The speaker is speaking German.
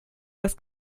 das